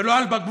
ולא על בקבוקים,